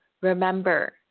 remember